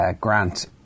grant